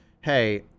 hey